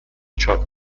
چاپ